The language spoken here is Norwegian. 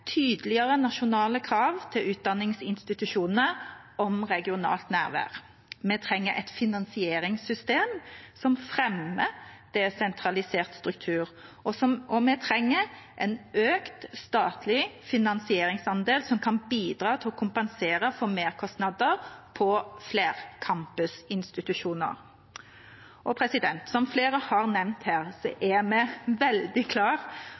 nasjonale krav til utdanningsinstitusjonene om regionalt nærvær. Vi trenger et finansieringssystem som fremmer desentralisert struktur. Vi trenger en økt statlig finansieringsandel som kan bidra til å kompensere for merkostnader på flercampusinstitusjoner. Som flere har nevnt her, er vi veldig